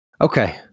Okay